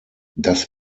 das